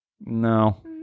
No